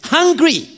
Hungry